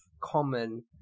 Common